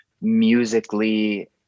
musically